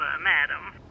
madam